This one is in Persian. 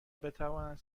بتواند